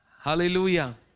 hallelujah